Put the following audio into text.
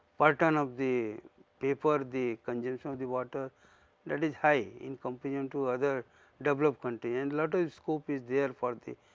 per ton of the paper the consumption of and the water that is high in comparison to other developed country. and lot ah of scope is there for the,